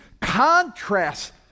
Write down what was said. contrast